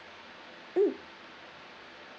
mm